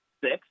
six